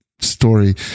story